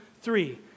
three